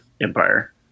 Empire